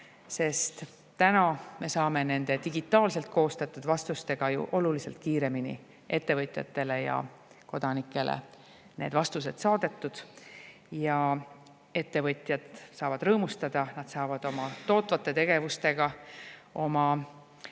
sest täna me saame digitaalselt koostatud vastustega ju oluliselt kiiremini ettevõtjatele ja kodanikele need vastused saadetud. Ja ettevõtjad saavad rõõmustada, nad saavad oma tootvate tegevustega, oma